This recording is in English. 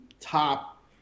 top